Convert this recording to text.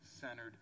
centered